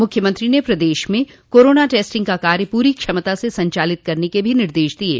मुख्यमंत्री ने प्रदेश में कोरोना टेस्टिंग का कार्य पूरी क्षमता से संचालित करने के भी निर्देश दिये